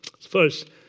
First